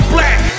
Black